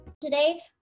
Today